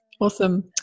Awesome